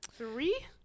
Three